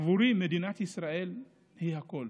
עבורי מדינת ישראל היא הכול.